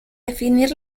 definir